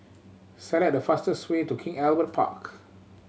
select the fastest way to King Albert Park